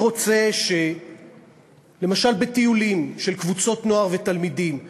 אני רוצה שלמשל בטיולים של קבוצות נוער ותלמידים,